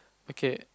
okay